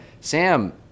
Sam